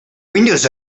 windows